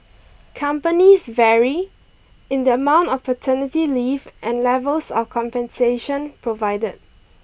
companies vary in the amount of paternity leave and levels of compensation provided